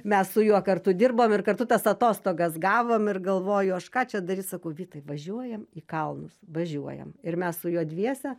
mes su juo kartu dirbom ir kartu tas atostogas gavom ir galvoju aš ką čia daryt sakau vytai važiuojam į kalnus važiuojam ir mes su juo dviese